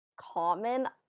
common